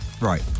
right